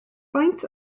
faint